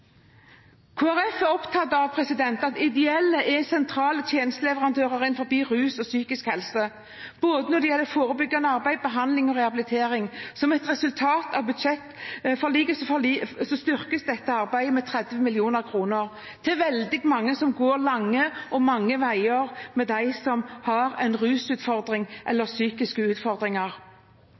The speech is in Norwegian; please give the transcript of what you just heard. Folkeparti er opptatt av at ideelle er sentrale tjenesteleverandører innen feltene rus og psykisk helse, både når det gjelder forebyggende arbeid, behandling og rehabilitering. Som et resultat av budsjettforliket styrkes dette arbeidet med 30 mill. kr til veldig mange som går lange og mange veier med dem som har en rusutfordring eller psykiske utfordringer.